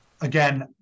Again